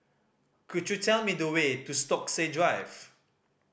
could you tell me the way to Stokesay Drive